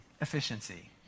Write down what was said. efficiency